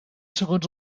segons